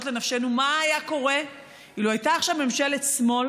לנפשנו מה היה קורה אילו הייתה עכשיו ממשלת שמאל